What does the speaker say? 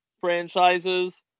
franchises